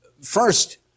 first